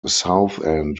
southend